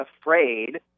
afraid